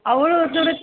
அவ்வளோ தூரம்